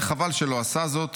אולי חבל שלא עשה זאת,